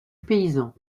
paysan